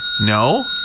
No